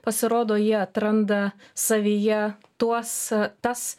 pasirodo jie atranda savyje tuos tas